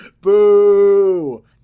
Boo